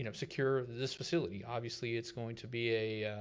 you know secure this facility. obviously it's going to be a,